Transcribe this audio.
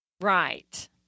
right